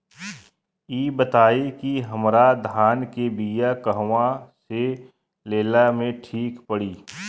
इ बताईं की हमरा धान के बिया कहवा से लेला मे ठीक पड़ी?